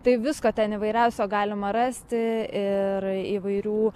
tai visko ten įvairiausio galima rasti ir įvairių